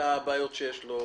הבעיות שיש לו.